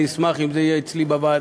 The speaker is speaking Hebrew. אני אשמח אם זה יהיה אצלי בוועדה,